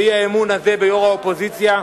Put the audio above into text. האי-אמון הזה ביושבת-ראש האופוזיציה,